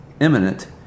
imminent